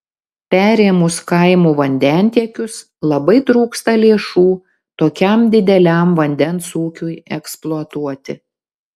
perėmus kaimų vandentiekius labai trūksta lėšų tokiam dideliam vandens ūkiui eksploatuoti